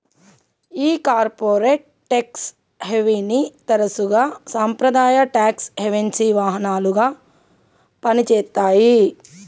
ఈ corporate tax హేవెన్ని తరసుగా సాంప్రదాయ టాక్స్ హెవెన్సి వాహనాలుగా పని చేత్తాయి